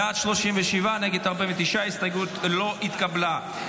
בעד, 37, נגד, 49. ההסתייגות לא התקבלה.